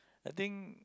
I think